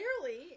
clearly